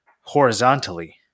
horizontally